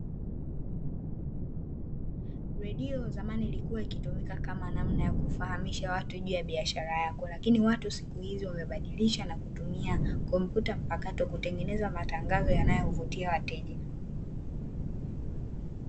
Redio zamani ilikua ikitumika kama namna ya kufahamisha watu juu ya biashara yako, lakini watu siku hizi wamebadilisha na kutumia kompyuta mpakato kwa kutengeneza matangazo yanayovutia wateja.